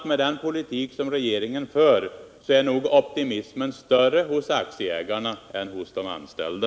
Med den politik som regeringen för tror jag att optimismen är större hos aktieägarna än hos de anställda.